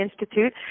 Institute